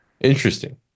Interesting